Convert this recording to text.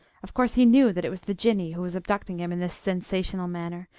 of course, he knew that it was the jinnee who was abducting him in this sensational manner,